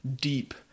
deep